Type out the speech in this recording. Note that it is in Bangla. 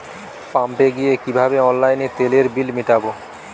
পাম্পে গিয়ে কিভাবে অনলাইনে তেলের বিল মিটাব?